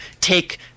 take